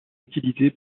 utilisée